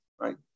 right